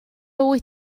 wyt